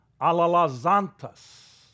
alalazantas